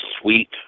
sweet